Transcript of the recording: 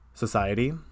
Society